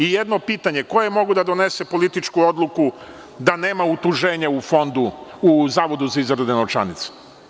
Jedno pitanje – ko je mogao da donese političku odluku da nema utuženja u Zavodu za izradu novčanica?